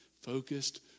Focused